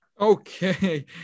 Okay